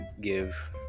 give